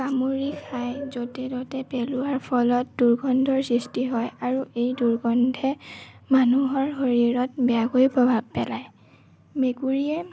কামুৰি খাই য'তে ত'তে পেলোৱাৰ ফলত দুৰ্গন্ধৰ সৃষ্টি হয় আৰু এই দুৰ্গন্ধে মানুহৰ শৰীৰত বেয়াকৈ প্ৰভাৱ পেলায় মেকুৰীয়ে